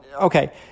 Okay